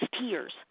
tears